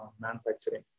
manufacturing